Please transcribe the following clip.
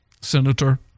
senator